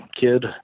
kid